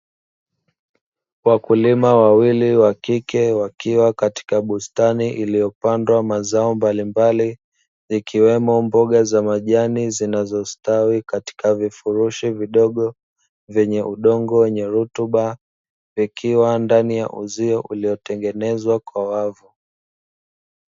Wakulima wawili wakike wakiwa katika bustani iliyopandwa mazao mbalimbali zikiwemo mboga za majani zinazostawi katika vifurushi vidogo vyenye udongo wenye rutuba vikiwa ndani ya uzio uliotengenezwa kwa wavu.